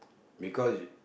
because